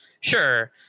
Sure